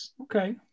okay